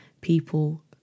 people